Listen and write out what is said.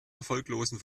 erfolglosen